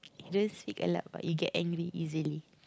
don't speak a lot but you get angry easily